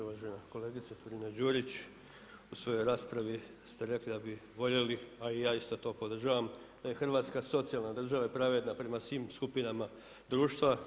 Uvažena kolegice Turina Đurić, u svojo raspravi ste rekli, da bi voljeli, a ja isto to podržavam, da je Hrvatska socijalna država i pravedna prema svim skupinama društva.